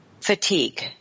fatigue